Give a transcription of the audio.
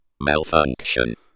malfunction